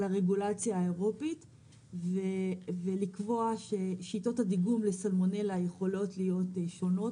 הרגולציה האירופית ולקבוע ששיטות הדיגום לסלמונלה יכולות להיות שונות,